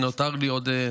נותר לי עוד